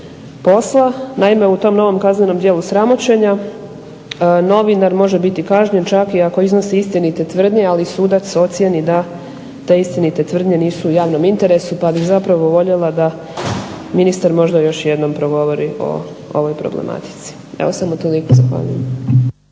posla. Naime, u tom novom kaznenom djelu sramoćenja novinar može biti kažnjen čak i ako iznosi istinite tvrdnje ali sudac ocijeni da te istinite tvrdnje nisu u javnom interesu, pa bih zapravo voljela da ministar još jednom progovori o ovoj problematici. Evo samo toliko. Zahvaljujem.